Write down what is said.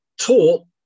taught